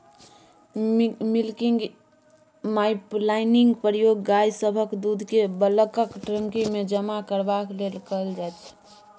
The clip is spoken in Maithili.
मिल्किंग पाइपलाइनक प्रयोग गाय सभक दूधकेँ बल्कक टंकीमे जमा करबाक लेल कएल जाइत छै